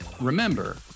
Remember